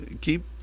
keep